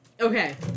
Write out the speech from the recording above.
Okay